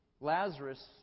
Lazarus